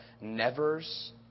nevers